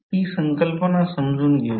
ती संकल्पना समजून घेऊया